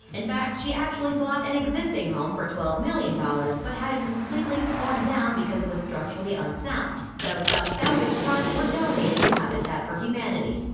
in fact, she actually bought an existing home for twelve million dollars, but had it completely torn down because it was structurally unsound, though some salvaged parts were donated to habitat for humanity.